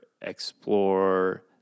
explore